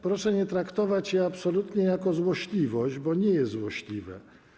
Proszę nie traktować tego absolutnie jako złośliwość, bo nie jest złośliwe.